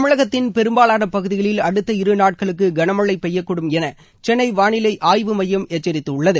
தமிழகத்தின் பெரும்பாவான பகுதிகளில் அடுத்த இரு நாட்களுக்கு கனமழை பெய்யக்கூடும் என சென்னை வானிலை அய்வுமையம் எச்சரித்துள்ளது